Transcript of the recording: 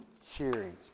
hearing